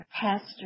Pastor